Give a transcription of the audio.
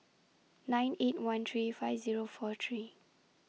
nine eight one three five Zero four three